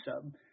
sub